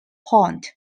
pond